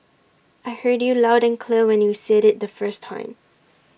I heard you loud and clear when you said IT the first time